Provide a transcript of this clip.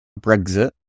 Brexit